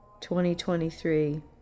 2023